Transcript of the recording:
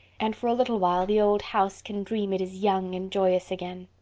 and for a little while the old house can dream it is young and joyous again.